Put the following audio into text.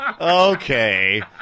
Okay